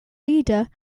leader